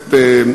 הכנסת נחמן שי.